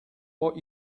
what